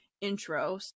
intro